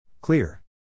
clear